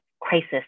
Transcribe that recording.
crisis